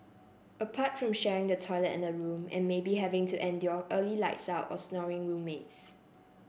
apart from sharing the toilet and a room and maybe having to endure early lights out or snoring roommates